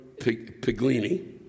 Piglini